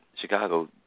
Chicago